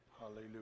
Hallelujah